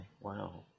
Wow